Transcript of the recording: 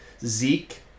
zeke